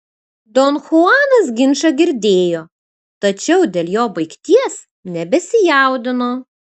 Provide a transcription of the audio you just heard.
don chuanas ginčą girdėjo tačiau dėl jo baigties nebesijaudino